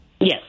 Yes